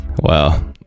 Wow